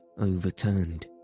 overturned